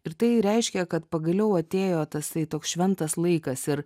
ir tai reiškia kad pagaliau atėjo tasai toks šventas laikas ir